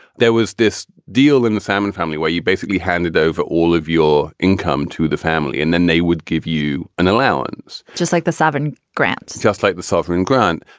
there was this deal in the salman family where you basically handed over all of your income to the family and then they would give you an allowance, just like the sovereign grants, just like the sovereign grant.